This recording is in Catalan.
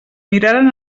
miraren